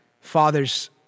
Fathers